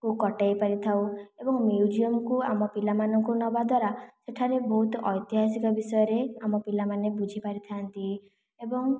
କୁ କଟେଇ ପାରିଥାଉ ଏବଂ ମ୍ୟୁଜିଅମକୁ ଆମ ପିଲାମାନଙ୍କୁ ନେବା ଦ୍ୱାରା ସେଠାରୁ ବହୁତ ଐତିହାସିକ ବିଷୟରେ ଆମ ପିଲା ମାନେ ବୁଝିପାରିଥାନ୍ତି ଏବଂ